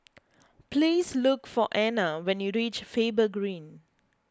please look for Anna when you reach Faber Green